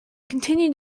continue